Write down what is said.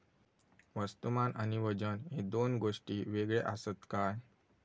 वस्तुमान आणि वजन हे दोन गोष्टी वेगळे आसत काय?